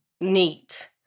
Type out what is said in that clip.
neat